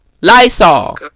Lysol